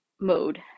mode